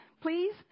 please